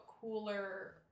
cooler